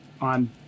on